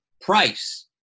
price